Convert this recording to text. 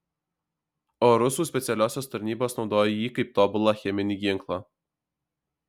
o rusų specialiosios tarnybos naudojo jį kaip tobulą cheminį ginklą